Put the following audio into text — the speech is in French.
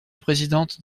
présidente